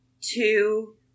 two